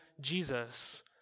Jesus